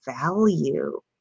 value